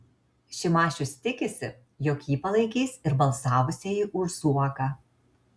šimašius tikisi jog jį palaikys ir balsavusieji už zuoką